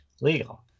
legal